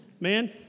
Man